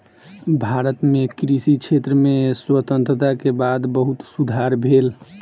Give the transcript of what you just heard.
भारत मे कृषि क्षेत्र में स्वतंत्रता के बाद बहुत सुधार भेल